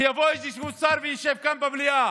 שיבוא איזשהו שר וישב כאן במליאה.